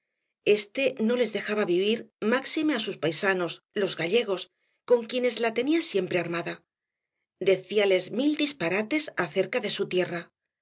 este no les dejaba vivir máxime á sus paisanos los gallegos con quienes la tenía siempre armada decíales mil disparates acerca de su tierra